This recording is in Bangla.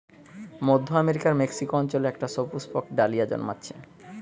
মধ্য আমেরিকার মেক্সিকো অঞ্চলে একটা সুপুষ্পক ডালিয়া জন্মাচ্ছে